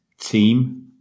Team